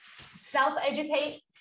Self-educate